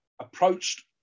approached